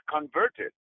converted